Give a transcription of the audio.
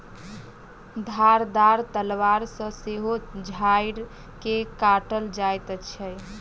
धारदार तलवार सॅ सेहो झाइड़ के काटल जाइत छै